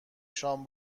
شام